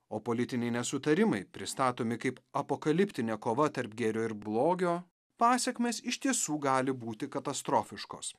o politiniai nesutarimai pristatomi kaip apokaliptinė kova tarp gėrio ir blogio pasekmės iš tiesų gali būti katastrofiškos